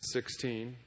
Sixteen